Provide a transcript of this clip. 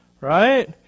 right